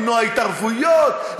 למנוע התערבויות,